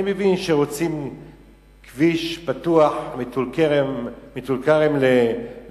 אני מבין שרוצים כביש פתוח מטול-כרם לשכם,